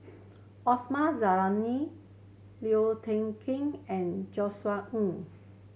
Osman Zailani Liu Ker and Josef Ng